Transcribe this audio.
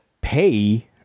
pay